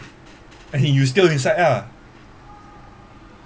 you still inside lah